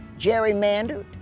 gerrymandered